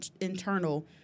internal